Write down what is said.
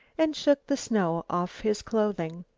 and shook the snow off his clothing.